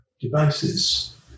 devices